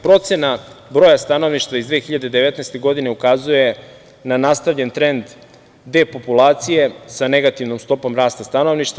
Procena broja stanovništva iz 2019. godine ukazuje na nastavljen trend depopulacije sa negativnom stopom rasta stanovništva.